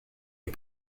est